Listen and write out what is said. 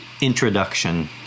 Introduction